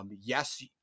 Yes